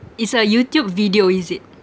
it's a youtube video is it